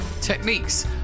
techniques